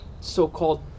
so-called